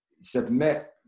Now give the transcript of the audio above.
submit